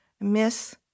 Miss